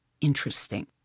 interesting